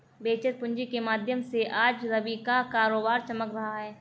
venture पूँजी के माध्यम से आज रवि का कारोबार चमक रहा है